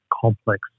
complex